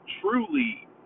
truly